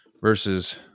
versus